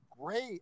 Great